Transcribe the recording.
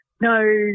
no